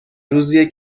روزیه